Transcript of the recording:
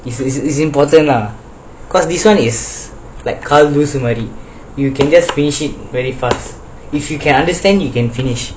this is important lah cause this one is like கால் தூசு மாதிரி:kaal thoosu maathiri you can just finish it very fast if you can understand you can finish